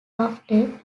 after